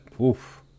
oof